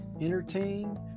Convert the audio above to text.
entertain